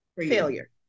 Failure